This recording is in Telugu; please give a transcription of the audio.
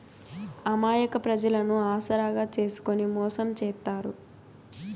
అమాయక ప్రజలను ఆసరాగా చేసుకుని మోసం చేత్తారు